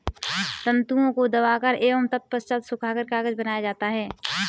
तन्तुओं को दबाकर एवं तत्पश्चात सुखाकर कागज बनाया जाता है